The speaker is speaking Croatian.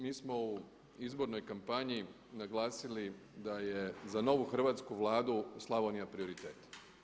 Mi smo u izbornoj kampanji naglasili da je za novu hrvatsku Vladu Slavonija prioritet.